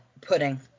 pudding